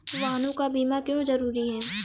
वाहनों का बीमा क्यो जरूरी है?